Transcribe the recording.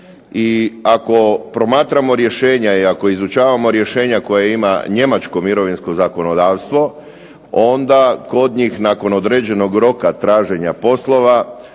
I ako promatramo rješenja i ako izučavamo rješenja koja ima njemačko mirovinsko zakonodavstvo onda kod njih nakon određenog roka traženja poslova